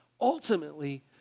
ultimately